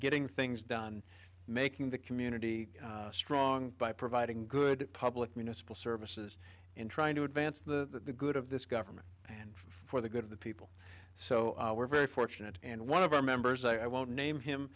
getting things done making the community strong by providing good public municipal services in trying to advance the good of this government and for the good of the people so we're very fortunate and one of our members i won't name him